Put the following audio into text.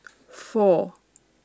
four